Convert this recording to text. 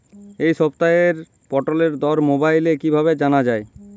এই সপ্তাহের পটলের দর মোবাইলে কিভাবে জানা যায়?